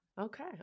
Okay